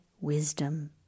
Wisdom